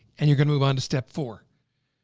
and you're gonna move on to step four.